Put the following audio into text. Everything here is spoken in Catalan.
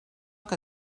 que